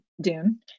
Dune